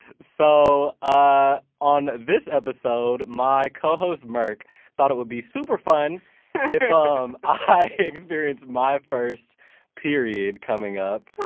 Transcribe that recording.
so, ah, on this episode my co-host merk thought it would be super fun if ah um i experienced my first period coming up,